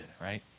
right